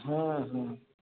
हॅं हॅं